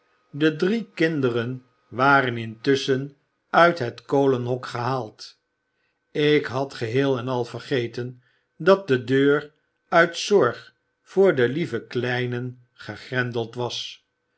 de drie kinderen waren intusschen uit het kolenhok gehaald ik had geheel en al vergeten dat de deur uit zorg voor de lieve kleinen gegrendeld was